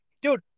Dude